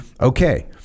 Okay